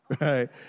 right